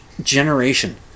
generation